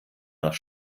nach